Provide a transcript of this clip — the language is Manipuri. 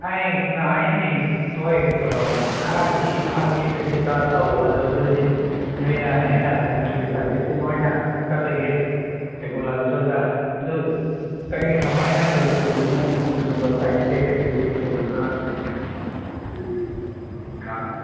ꯑꯩ ꯀꯩꯅꯣ ꯑꯩꯗꯤ ꯍꯣꯏ ꯀꯩꯅꯣ ꯈꯔꯗꯤ ꯈꯪꯉꯦ ꯀꯔꯤ ꯀꯔꯥ ꯇꯧꯕꯗꯣ ꯑꯗꯨꯗꯤ ꯅꯣꯏꯅ ꯍꯦꯟꯅ ꯀꯔꯤ ꯅꯣꯏꯒꯤ ꯁꯖꯦꯁꯟ ꯑꯣꯏꯅ ꯆꯠꯂꯒꯦ ꯀꯩꯕꯨꯜ ꯂꯝꯖꯥꯎꯗ ꯑꯗꯨ ꯀꯔꯤ ꯀꯃꯥꯏꯅ ꯇꯧꯒꯗꯧꯕꯅꯣ ꯑꯗꯨꯒꯨꯝꯕ ꯁꯥꯏꯗꯁꯦ ꯀꯔꯤ ꯀꯔꯤ ꯂꯩꯕ꯭ꯔ ꯑꯗꯨꯗꯤ